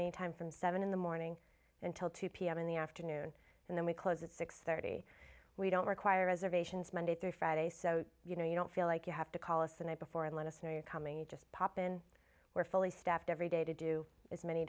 any time from seven in the morning until two pm in the afternoon and then we close at six thirty we don't require reservations monday through friday so you know you don't feel like you have to call us and before and let us know you're coming and just pop in we're fully staffed every day to do as many